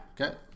Okay